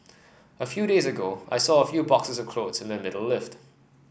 a few days ago I saw a few boxes of clothes in the middle lift